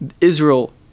Israel